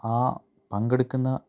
ആ പങ്കെടുക്കുന്ന